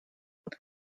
কাম